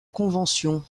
convention